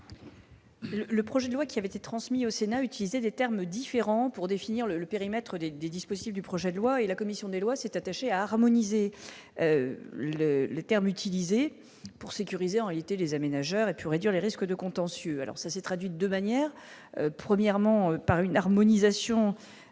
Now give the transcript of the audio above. Le projet de loi qui avait été transmis au Sénat, utiliser des termes différents pour définir le périmètre des des dispositions du projet de loi et la commission des lois, s'est attaché à harmoniser le terme utilisé pour sécuriser en été, les aménageurs et puis et réduire les risques de contentieux, alors ça s'est traduit de manière premièrement par une harmonisation gérer dans le